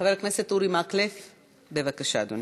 חבר הכנסת אורי מקלב, בבקשה, אדוני.